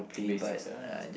basics uh that's like